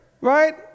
right